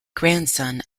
grandson